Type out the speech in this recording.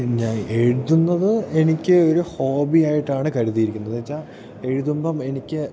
ഞാൻ എഴുതുന്നത് എനിക്ക് ഒരു ഹോബിയായിട്ടാണ് കരുതിയിരിക്കുന്നതെന്നു വെച്ചാൽ എഴുതുമ്പം എനിക്ക്